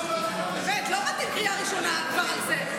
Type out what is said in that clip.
באמת, לא מתאים קריאה ראשונה כבר על זה.